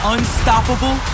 Unstoppable